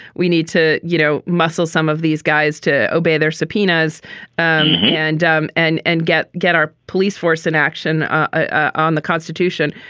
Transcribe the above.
we need to, you know, muscle some of these guys to obey their subpoenas um and um and and get get our police force in action ah on the constitution.